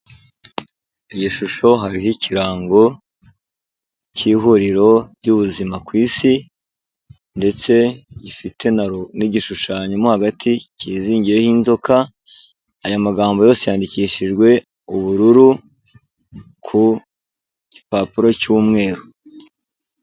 Iyi shusho hariho ikirango cy'ihuriro ry'ubuzima ku Isi, ndetse gifite n'igishushanyo hagati kizingiyeho inzoka, aya magambo yose yandikishijwe ubururu ku gipapuro cy'umweru.